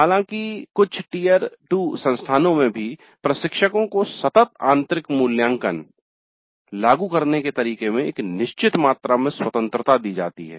हालाँकि कुछ टियर 2 संस्थानों में भी प्रशिक्षकों को 'सतत आंतरिक मूल्यांकन' लागू करने के तरीके में एक निश्चित मात्रा में स्वतंत्रता दी जाती है